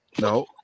No